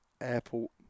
airport